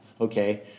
Okay